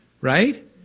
right